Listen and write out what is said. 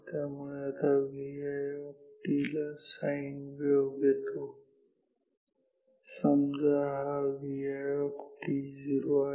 त्यामुळे आता Vi ला साईन वेव्ह घेतो समजा हा Vi आहे